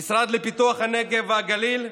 המשרד לפיתוח הנגב והגליל,